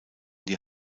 die